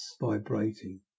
vibrating